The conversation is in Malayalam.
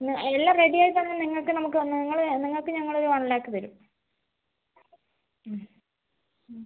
പിന്നെ എല്ലാം റെഡി ആക്കി തന്നാല് നിങ്ങൾക്ക് നമ്മൾ നിങ്ങൾക്ക് ഞങ്ങൾ വണ് ലാക്ക് തരും മ് മ്